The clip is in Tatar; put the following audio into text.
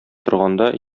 торганда